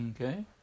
Okay